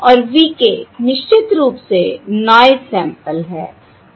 और v निश्चित रूप से नॉयस सैंपल है